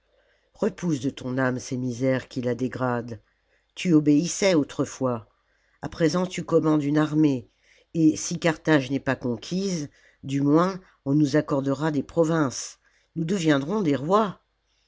repousse de ton âme ces misères qui la dégradent tu obéissais autrefois à présent tu commandes une armée et si carthage n'est pas conquise du moins on nous accordera des provinces nous deviendrons des rois